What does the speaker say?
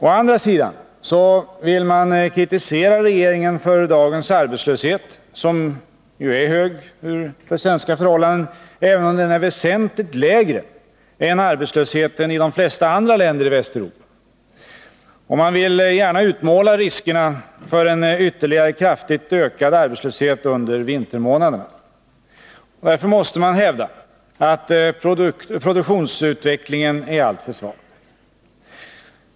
Å andra sidan vill man kritisera regeringen för dagens arbetslöshet, som ju är hög för svenska förhållanden, även om den är väsentligt lägre än arbetslösheten i de flesta andra länder i Västeuropa. Och man vill gärna utmåla riskerna för en ytterligare kraftigt ökad arbetslöshet under vintermånaderna. Därför måste man hävda att produktionsutvecklingen är alltför svag.